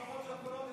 משפחות שכולות,